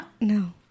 no